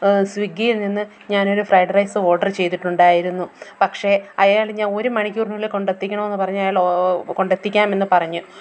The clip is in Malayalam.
സ്വിഗിയിൽ നിന്ന് ഞാനൊരു ഫ്രെയ്ഡ് റൈസ് ഓർഡർ ചെയ്തിട്ടുണ്ടായിരുന്നു പക്ഷേ അയാൾ ഞാൻ ഒരു മണിക്കൂറിനുള്ളിൽ കൊണ്ടെത്തിക്കണം എന്ന് പറഞ്ഞ് അയാൾ ഓ കൊണ്ടെത്തിക്കാം എന്ന് പറഞ്ഞു